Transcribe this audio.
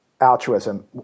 altruism